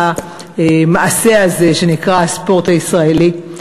בכל המעשה הזה שנקרא הספורט הישראלי,